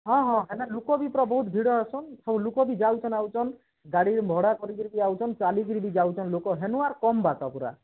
ହଁ ହଁ ହେଲେ ଲୁକ ବି ପୁରା ବହୁତ ଭିଡ଼ ହେସନ୍ ସବୁ ଲୁକ୍ ବି ଯାଉଛନ୍ ଆଉଛନ୍ ଗାଡ଼ି ବି ଭଡ଼ା କରିକିରି ଆଉଛନ୍ ଚାଲିକିରି ବି ଯାଉଛନ୍ ଲୋକ ହେନୁ ଆର କମ୍ ବାଟ ପୁରା